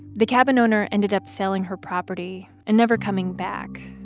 the cabin owner ended up selling her property and never coming back.